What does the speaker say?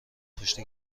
پشت